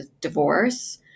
divorce